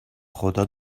خدا